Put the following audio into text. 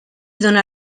dóna